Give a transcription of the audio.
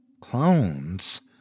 Clones